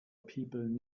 people